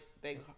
big